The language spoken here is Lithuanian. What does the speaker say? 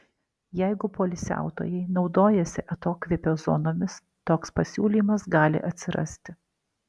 jeigu poilsiautojai naudojasi atokvėpio zonomis toks pasiūlymas gali atsirasti